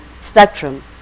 spectrum